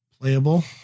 Playable